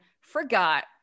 forgot